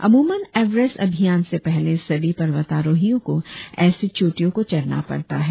अमुमन एवरेस्ट अभियान से पहले सभी पर्वतारोहियों को ऐसी चोटियों को चढ़ना पड़ता है